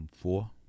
four